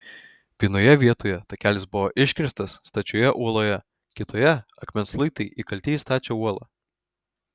vienoje vietoje takelis buvo iškirstas stačioje uoloje kitoje akmens luitai įkalti į stačią uolą